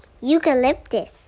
Eucalyptus